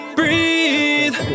breathe